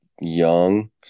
young